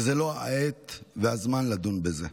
וזאת לא העת והזמן לדון בזה.